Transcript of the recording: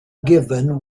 given